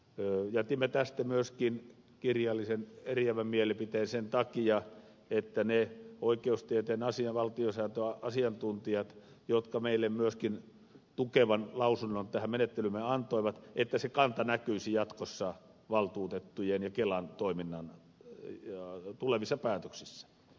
jätimme tästä myöskin kirjallisen eriävän mielipiteen sen takia liittyen niihin oikeustieteen ja valtiosäännön asiantuntijoihin jotka meille myöskin tukevan lausunnon tähän menettelyymme antoivat että se kanta näkyisi jatkossa valtuutettujen ja kelan toiminnan tulevissa päätöksissä